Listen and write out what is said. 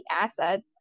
assets